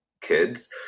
kids